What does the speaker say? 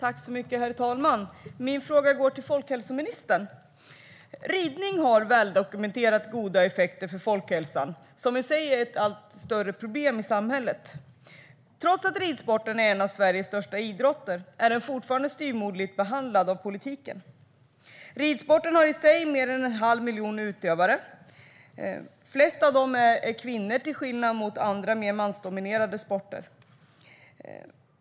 Herr talman! Min fråga går till folkhälsoministern. Ridning har väldokumenterat goda effekter för folkhälsan, som i sig är ett allt större problem i samhället. Trots att ridsporten är en av Sveriges största idrotter är den fortfarande styvmoderligt behandlad av politiken. Ridsporten har mer än en halv miljon utövare. Flest av dem är kvinnor, till skillnad från andra, mer mansdominerade sporter.